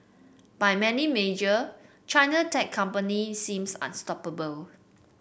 by many measure China tech company seems unstoppable